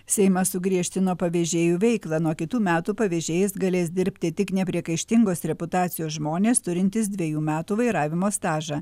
seimas sugriežtino pavežėjų veiklą nuo kitų metų pavežėjais galės dirbti tik nepriekaištingos reputacijos žmonės turintys dvejų metų vairavimo stažą